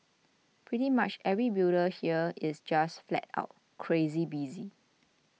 pretty much every builder here is just flat out crazy busy